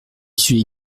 suis